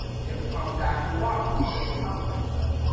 but you have to promise to actually watch it and send me a comment back about it.